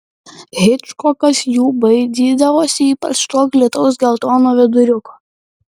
hičkokas jų baidydavosi ypač to glitaus geltono viduriuko